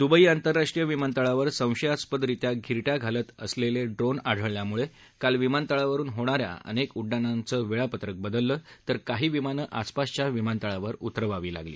Dubai आंतरराष्ट्रीय विमानतळावर संशयास्पदरित्या धिरट्या घालत असलेले ड्रोन आढळल्यामुळे काल विमानतळावरून होणाऱ्या अनेक उड्डाणांचं वेळापत्रक बदललं तर काही विमानं आसपासच्या विमानतळावर उतरवावी लागली